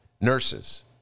nurses